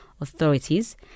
authorities